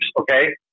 okay